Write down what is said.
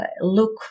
look